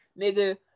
Nigga